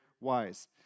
wise